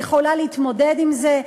היא יכולה להתמודד עם זה?